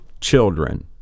children